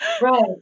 Right